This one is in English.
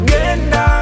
Genda